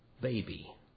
baby